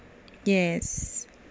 yes